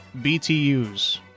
BTUs